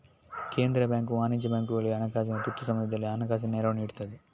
ಕೇಂದ್ರ ಬ್ಯಾಂಕು ವಾಣಿಜ್ಯ ಬ್ಯಾಂಕುಗಳಿಗೆ ಹಣಕಾಸಿನ ತುರ್ತು ಸಮಯದಲ್ಲಿ ಹಣಕಾಸಿನ ನೆರವು ನೀಡ್ತದೆ